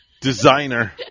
Designer